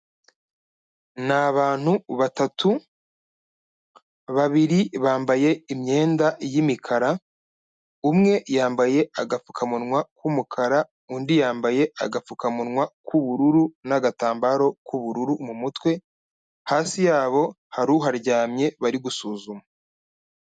N’abantu batatu babiri bambaye imyenda y’imikara umwe yambaye agapfukamunwa k'umukara undi yambaye agapfukamunwa k'ubururu n'agatambaro k'ubururu mu mutwe, hasi yabo haruharyamye bari gusuzuma.